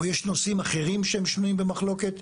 או יש נושאים אחרים שהם שנויים במחלוקת?